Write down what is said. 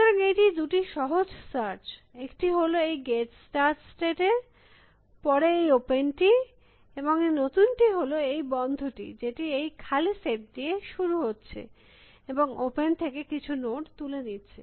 সুতরাং এটি দুটো সহজ সার্চ একটি হল এই গেট স্টার্ট স্টেট এর পরে এই ওপেন টি এবং এই নতুনটি হল এই বন্ধ টি যেটি এই খালি সেট দিয়ে শুরু হচ্ছে এবং ওপেন থেকে কিছু নোড তুলে নিচ্ছে